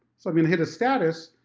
so i've been get a status,